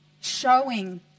showing